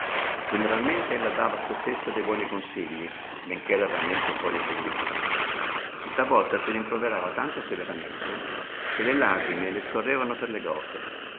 generalmente ella dava a sè stessa dei buoni consigli benchè raramente poi li seguisse e talvolta si rimproverava tanto severamente che le lagrime le scorrevano per le gote